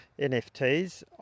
nfts